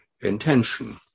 intention